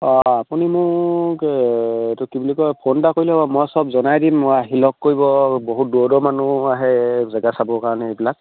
অঁ আপুনি মোক এইটো কি বুলি কয় ফোন এটা কৰিলে মই সব জনাই দিম মই আহি লগ কৰিব বহুত দূৰৰ দূৰৰ মানুহ আহে জেগা চাবৰ কাৰণে এইবিলাক